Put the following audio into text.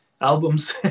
albums